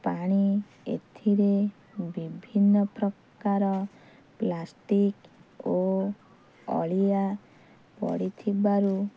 ପାଣି ଏଥିରେ ବିଭିନ୍ନ ପ୍ରକାର ପ୍ଲାଷ୍ଟିକ୍ ଓ ଅଳିଆ ପଡ଼ିଥିବାରୁ